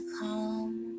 calm